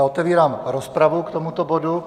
Otevírám rozpravu k tomuto bodu.